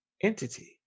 entity